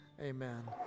amen